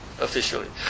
officially